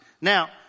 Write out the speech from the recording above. Now